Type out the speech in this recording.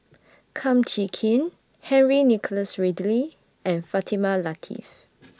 Kum Chee Kin Henry Nicholas Ridley and Fatimah Lateef